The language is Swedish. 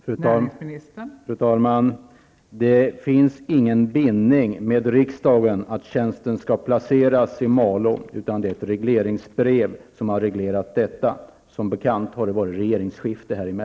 Fru talman! Det finns ingen bindning från riksdagens sida om att tjänsten skall placeras i Malå. Detta har reglerats i ett regleringsbrev. Som bekant har det skett ett regeringsskifte.